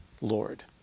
Lord